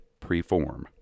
preform